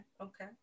okay